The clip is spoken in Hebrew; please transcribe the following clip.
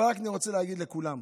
אבל אני רק רוצה להגיד לכולם,